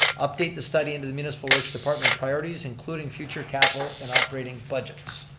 update the study into the municipal works department in priorities including future capital and operating budgets.